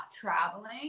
traveling